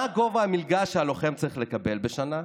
מה גובה המלגה שהלוחם צריך לקבל בשנה?